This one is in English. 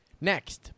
Next